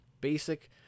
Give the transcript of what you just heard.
basic